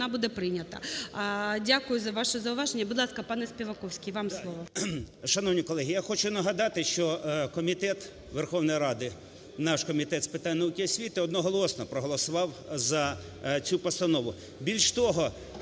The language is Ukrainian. Вона буде прийнята. Дякую за ваше зауваження. Будь ласка, панеСпіваковський, вам слово.